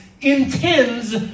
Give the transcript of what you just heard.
intends